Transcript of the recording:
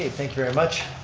very much,